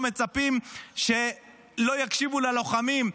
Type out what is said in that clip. לא מצפים שלא יקשיבו ללוחמים.